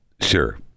Sure